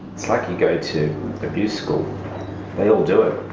sort of and go to abuse school. they all do it.